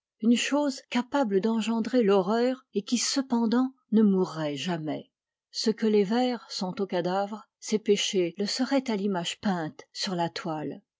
une chose capable d'engendrer l'horreur et qui cependant ne mourrait jamais ce que les vers sont au cadavre ses péchés le seraient à l'image peinte sur la toile